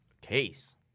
Case